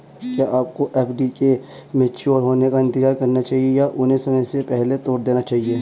क्या आपको एफ.डी के मैच्योर होने का इंतज़ार करना चाहिए या उन्हें समय से पहले तोड़ देना चाहिए?